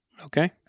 okay